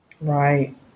Right